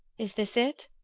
is this it?